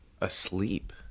asleep